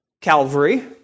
Calvary